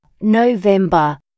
November